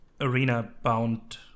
arena-bound